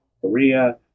Korea